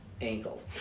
ankle